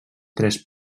tres